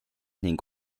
ning